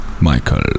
Michael